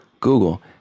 Google